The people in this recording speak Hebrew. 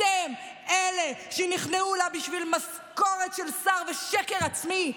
אתם אלה שנכנעו לה בשביל משכורת של שר ושקר עצמי,